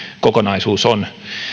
kokonaisuus on